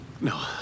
No